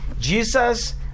Jesus